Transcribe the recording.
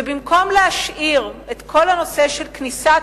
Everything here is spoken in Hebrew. ובמקום להשאיר את כל הנושא של כניסת